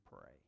pray